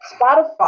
Spotify